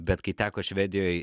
bet kai teko švedijoj